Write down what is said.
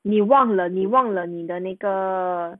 你忘了你忘了你的那个